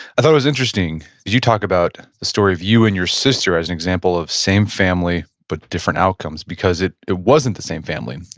thought it was interesting because you talk about the story of you and your sister as an example of same family but different outcomes because it it wasn't the same family.